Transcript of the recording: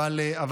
אדוני השר,